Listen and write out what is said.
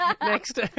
Next